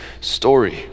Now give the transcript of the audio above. story